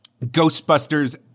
Ghostbusters